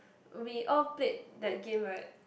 we all played that game right